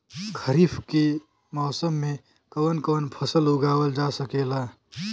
खरीफ के मौसम मे कवन कवन फसल उगावल जा सकेला?